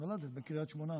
בקריית שמונה.